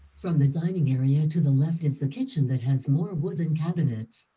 from the dining area to the left is the kitchen that has more wooden cabinets,